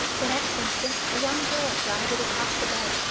the next instant a young girl glided across the bed,